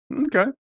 Okay